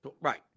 Right